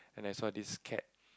and I saw this cat